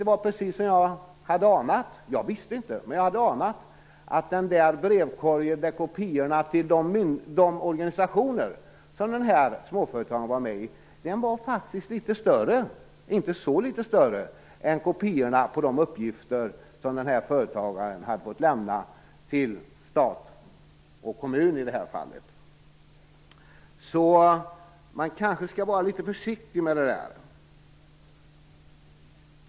Det var precis som jag hade anat - jag visste inte men jag hade anat. Högen med kopior på uppgifter till de organisationer som småföretagaren var med i var faktiskt litet större än högen med kopior på de uppgifter som företagaren hade fått lämna till stat och till kommunen, i det här fallet. Så man kanske skall vara litet försiktig med det där.